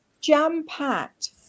jam-packed